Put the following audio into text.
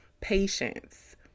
Patience